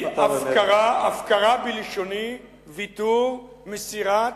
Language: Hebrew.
הפקרה, בלשוני, ויתור, מסירת,